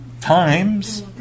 times